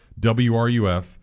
wruf